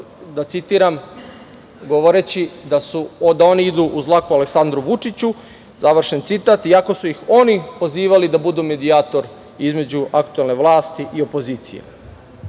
da citiram, govoreći da oni idu uz dlaku Aleksandru Vučiću, završen citat, iako su ih oni pozivali da budu medijator između aktuelne vlasti i opozicije.